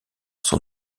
son